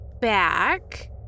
back